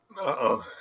Uh-oh